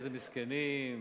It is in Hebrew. איזה מסכנים,